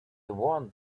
want